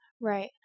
Right